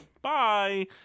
Bye